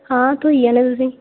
हां थ्होई जाने तुसेंगी